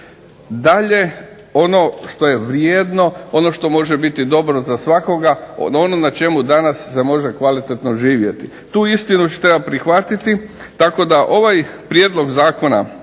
dalje ono što je vrijedno, ono što može biti dobro za svakoga o onom od čega danas se može kvalitetno živjeti. Tu istinu treba prihvatiti tako da ovaj prijedlog Zakona